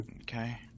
Okay